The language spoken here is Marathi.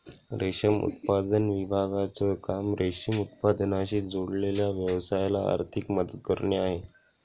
रेशम उत्पादन विभागाचं काम रेशीम उत्पादनाशी जोडलेल्या व्यवसायाला आर्थिक मदत करणे आहे